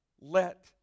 let